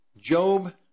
Job